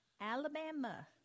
Alabama